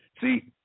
see